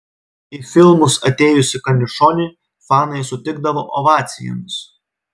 į filmus atėjusį kaniušonį fanai sutikdavo ovacijomis